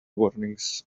warnings